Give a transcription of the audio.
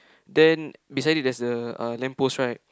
then beside it there's a uh lamppost right